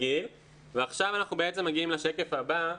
ועכשיו אנחנו בעצם מגיעים לשקף הבא.